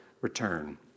return